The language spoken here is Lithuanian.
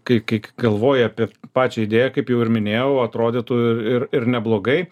kai kai galvoji apie pačią idėją kaip jau ir minėjau atrodytų ir ir ir neblogai